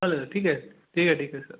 चालेल ठीक आहे ठीक आहे ठीक आहे सर